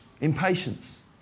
Impatience